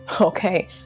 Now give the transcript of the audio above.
okay